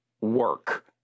work